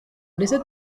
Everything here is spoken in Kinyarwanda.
ndetse